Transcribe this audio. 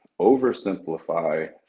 oversimplify